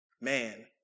man